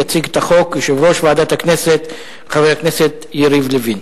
יציג את החוק יושב-ראש ועדת הכנסת חבר הכנסת יריב לוין.